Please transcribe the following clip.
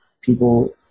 people